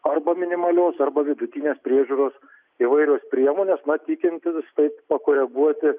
arba minimalios arba vidutinės priežiūros įvairios priemonės na tikintis taip pakoreguoti